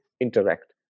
interact